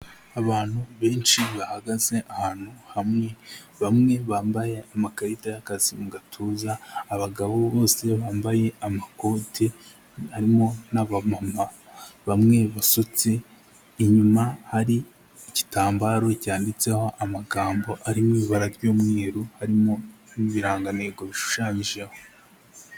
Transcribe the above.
Abantu benshi bahagaze ahantu hamwe, bamwe bambaye amakarita y'akazi mu gatuza, abagabo bose bambaye amakote, harimo n'abamama bamwe basutse, inyuma hari igitambaro cyanditseho amagambo ari mu ibara ry'umweru, harimo n'ibirangantego bishushanyije aho.